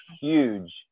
huge